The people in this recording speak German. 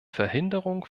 verhinderung